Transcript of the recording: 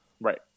Right